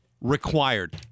required